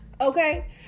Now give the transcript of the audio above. okay